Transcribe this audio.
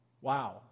wow